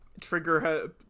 Trigger